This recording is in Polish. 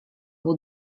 był